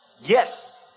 Yes